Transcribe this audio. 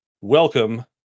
welcome